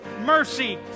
mercy